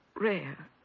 rare